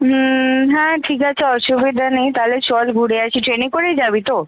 হুম হ্যাঁ ঠিক আছে অসুবিধা নেই তাহলে চল ঘুরে আসি ট্রেনে করেই যাবি তো